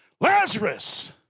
Lazarus